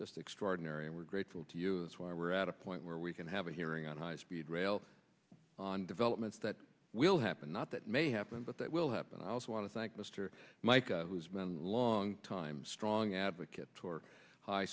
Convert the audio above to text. just extraordinary and we're grateful to you that's why we're at a point where we can have a hearing on high speed rail on developments that will happen not that may happen but that will happen i also want to thank mr mike who has been a long time strong advocate for high